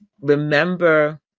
Remember